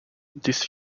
this